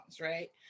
right